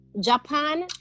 Japan